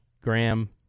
Graham